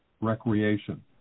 recreation